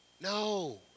No